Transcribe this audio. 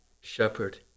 shepherd